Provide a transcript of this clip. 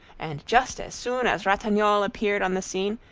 and just as soon as ratignolle appeared on the scene,